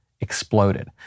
exploded